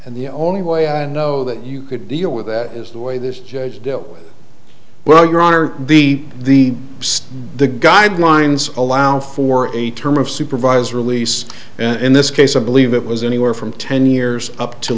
and the only way i know that you could deal with that is the way this judge dealt well your honor the stay the guidelines allow for a term of supervised release and in this case i believe it was anywhere from ten years up to